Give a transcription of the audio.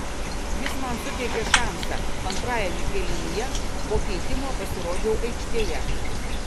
jis man suteikė šansą antrajame kėlinyje po keitimo pasirodžiau aikštėje